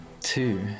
Two